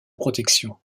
protection